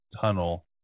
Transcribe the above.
Tunnel